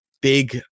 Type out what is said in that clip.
big